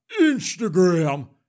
Instagram